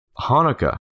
Hanukkah